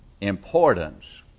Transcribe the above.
importance